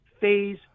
phase